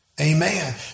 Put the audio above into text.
Amen